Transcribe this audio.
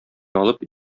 алып